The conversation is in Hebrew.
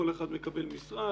כל אחד מקבל מספר,